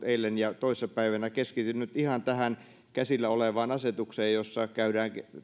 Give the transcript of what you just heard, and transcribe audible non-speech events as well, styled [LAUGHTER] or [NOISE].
[UNINTELLIGIBLE] eilen ja toissa päivänä keskityn nyt ihan tähän käsillä olevaan asetukseen jossa käydään